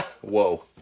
Whoa